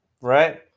right